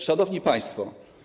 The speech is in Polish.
Szanowni Państwo!